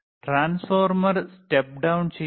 transformer step down ചെയ്യണോ